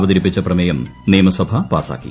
അവതരിപ്പിച്ച പ്രമേയം നിയമസഭ പാസാക്കി